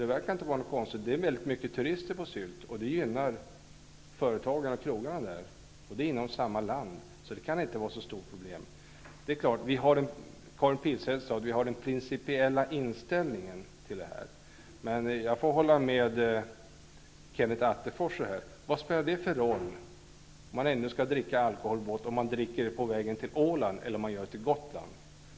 Det verkar inte vara något problem med det, och det är många turister på Sylt, vilket gynnar företagarna och krogarna där. Båtarna går inom landet, så det kan inte vara något stort problem. Karin Pilsäter sade att man har en principiell inställning till detta. Men jag kan hålla med Kenneth Attefors. Han sade: Om man ändå skall dricka alkohol, vad spelar det då för roll om man dricker den på väg till Åland eller till Gotland?